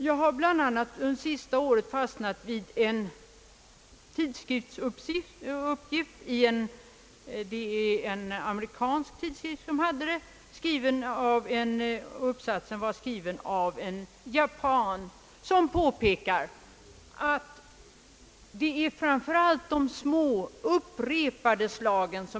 Jag har bl.a. det senaste året fäst mig vid en amerikansk tidskriftsuppsats, skriven av en japansk läkare som påpekar att det farliga framför allt är de små upprepade slagen.